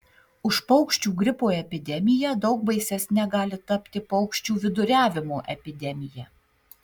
už paukščių gripo epidemiją daug baisesne gali tapti paukščių viduriavimo epidemija